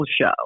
show